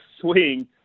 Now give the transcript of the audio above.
swing